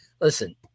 listen